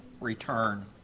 return